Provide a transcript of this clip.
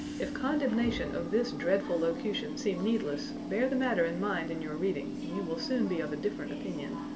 if condemnation of this dreadful locution seem needless bear the matter in mind in your reading and you will soon be of a different opinion.